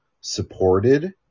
supported